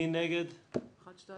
74